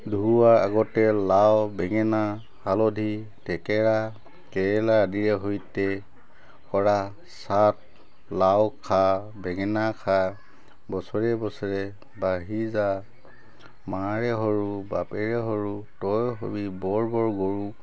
ধুওৱাৰ আগতে লাও বেঙেনা হালধি থেকেৰা কেৰেলা আদিৰে সৈতে কৰা চাট লাও খা বেঙেনা খা বছৰে বছৰে বাঢ়ি যা মাৰে সৰু বাপেৰে সৰু তই হ'বি বৰ বৰ গৰু